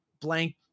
blank